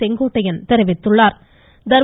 செங்கோட்டையன் தெரிவித்துள்ளா்